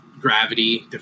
gravity